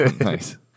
Nice